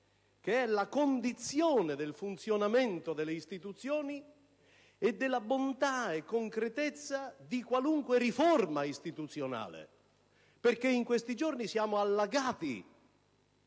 è la condizione del funzionamento delle istituzioni e della bontà e concretezza di qualunque riforma istituzionale. In questi giorni siamo "allagati",